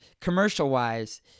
commercial-wise